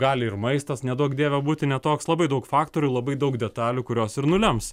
gali ir maistas neduok dieve būti ne toks labai daug faktorių labai daug detalių kurios ir nulems